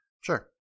sure